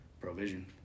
provision